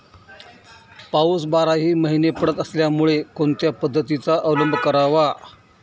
पाऊस बाराही महिने पडत असल्यामुळे कोणत्या पद्धतीचा अवलंब करावा?